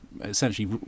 essentially